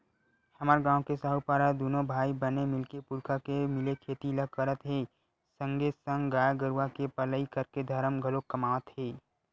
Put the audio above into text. हमर गांव के साहूपारा दूनो भाई बने मिलके पुरखा के मिले खेती ल करत हे संगे संग गाय गरुवा के पलई करके धरम घलोक कमात हे